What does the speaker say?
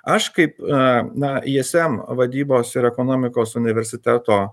aš kaip a na ism vadybos ir ekonomikos universiteto